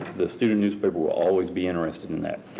the student newspaper will always be interested in that.